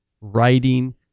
writing